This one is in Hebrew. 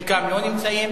חלקם לא נמצאים.